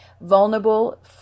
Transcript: vulnerable